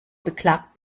beklagt